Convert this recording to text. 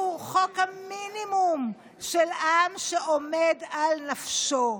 שהוא חוק המינימום של עם שעומד על נפשו.